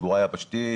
תחבורה יבשתית,